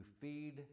feed